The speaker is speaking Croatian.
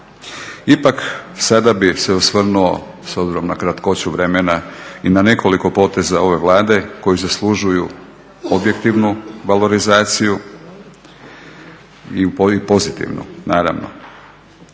Ipak sada bih se osvrnuo, s obzirom na kratkoću vremena i na nekoliko poteza ove Vlade koji zaslužuju objektivnu valorizaciju i pozitivnu, naravno.